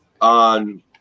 on